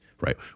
right